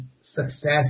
success